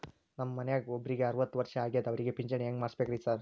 ನಮ್ ಮನ್ಯಾಗ ಒಬ್ರಿಗೆ ಅರವತ್ತ ವರ್ಷ ಆಗ್ಯಾದ ಅವ್ರಿಗೆ ಪಿಂಚಿಣಿ ಹೆಂಗ್ ಮಾಡ್ಸಬೇಕ್ರಿ ಸಾರ್?